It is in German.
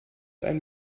ein